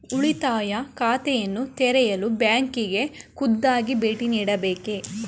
ಉಳಿತಾಯ ಖಾತೆಯನ್ನು ತೆರೆಯಲು ಬ್ಯಾಂಕಿಗೆ ಖುದ್ದಾಗಿ ಭೇಟಿ ನೀಡಬೇಕೇ?